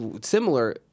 similar